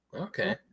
okay